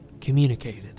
communicated